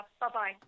Bye-bye